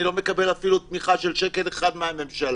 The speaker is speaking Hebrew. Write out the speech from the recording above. אני לא מקבל אפילו תמיכה של שקל אחד מהממשלה,